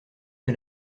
que